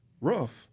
rough